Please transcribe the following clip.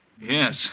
Yes